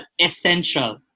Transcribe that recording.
essential